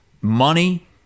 money